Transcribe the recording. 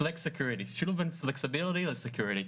זה שילוב של flexibility and security.